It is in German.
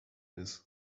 ist